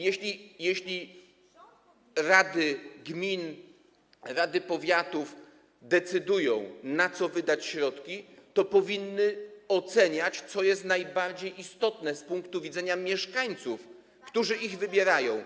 Jeśli rady gmin, rady powiatów decydują, na co wydać środki, to powinny oceniać, co jest najbardziej istotne z punktu widzenia mieszkańców, którzy ich wybierają.